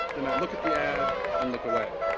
they might look at the ad and look away.